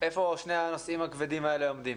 איפה שני הנושאים הכבדים האלה עומדים?